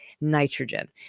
nitrogen